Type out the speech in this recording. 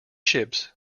chips